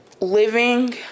living